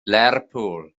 lerpwl